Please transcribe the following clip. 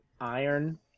iron